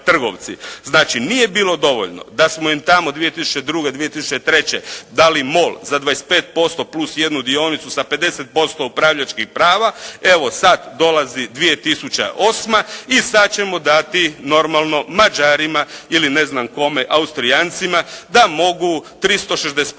Znači nije bilo dovoljno da smo im tamo 2002., 2003. dali MOL za 25% plus 1 dionicu sa 50% upravljačkih prava, evo sad dolazi 2008. i sad ćemo dati normalno Mađarima ili Austrijancima da mogu 365